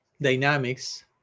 dynamics